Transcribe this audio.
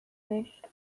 nicht